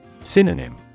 Synonym